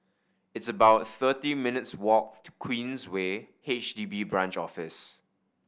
it's about thirty minutes' walk to Queensway H D B Branch Office